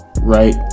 Right